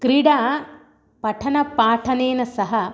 क्रीडा पठनं पाठनेन सह